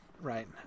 right